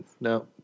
no